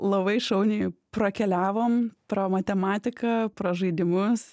labai šauniai prakeliavom pro matematiką pro žaidimus